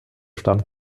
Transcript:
stand